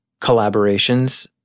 collaborations